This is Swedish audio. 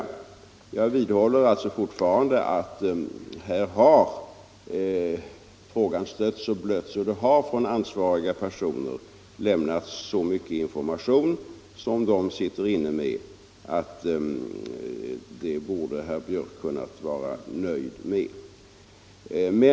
Jag vidhåller alltså fortfarande att frågan har stötts och blötts och att det från ansvariga personer har lämnats så mycket information, att herr Björck borde kunna vara nöjd med det.